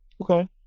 Okay